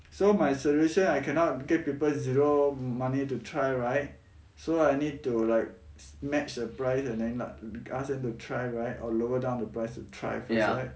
so my solution I cannot give people zero money to try right so I need to like match the price and then asked them to try right or lower down the price to try first right